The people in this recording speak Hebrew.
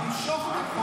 --- למשוך את החוק,